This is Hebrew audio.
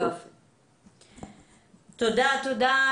תודה רבה.